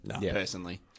personally